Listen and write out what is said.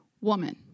woman